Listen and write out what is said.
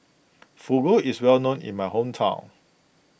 Fugu is well known in my hometown